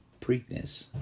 preakness